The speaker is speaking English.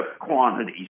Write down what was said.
quantities